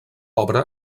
obra